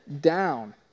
down